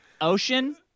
ocean